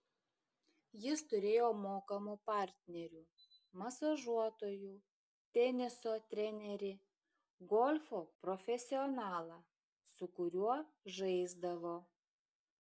jis turėjo mokamų partnerių masažuotojų teniso trenerį golfo profesionalą su kuriuo žaisdavo